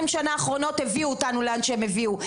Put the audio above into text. השנים האחרונות הביאו אותנו לאן שהם הביאו?